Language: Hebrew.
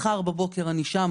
במקרה מחר בבוקר אני שם